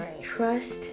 trust